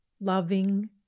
loving